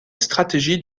stratégie